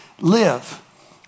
live